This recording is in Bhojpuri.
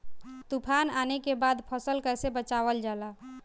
तुफान आने के बाद फसल कैसे बचावल जाला?